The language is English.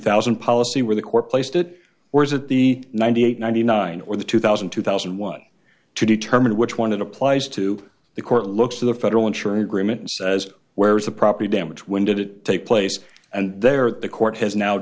thousand policy where the core placed it or is it the ninety eight ninety nine or the two thousand and two thousand and one to determine which one it applies to the court looks to the federal insurance says where's the property damage when did it take place and there the court has now